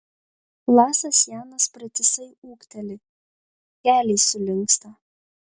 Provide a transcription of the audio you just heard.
lasas janas pratisai ūkteli keliai sulinksta